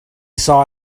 saw